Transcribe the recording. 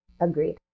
Agreed